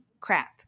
crap